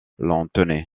lanthenay